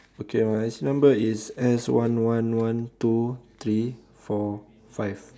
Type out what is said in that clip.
okay my I_C number is S one one one two three four five